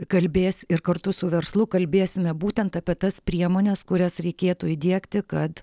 kalbės ir kartu su verslu kalbėsime būtent apie tas priemones kurias reikėtų įdiegti kad